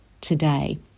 today